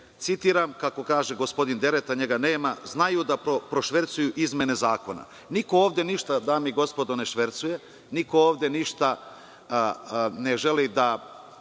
citiram, kako kaže gospodin Dereta, znaju da prošvercuju izmene zakona. Niko ovde ništa ne švercuje, niko ovde ništa ne želi da